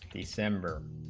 december